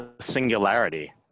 singularity